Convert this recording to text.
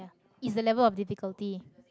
is the level of difficulty